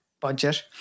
budget